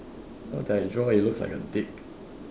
now that I draw it looks like a dick